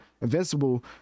Invincible